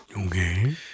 Okay